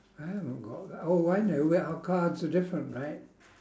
I am g~ oh I know why our cards are different right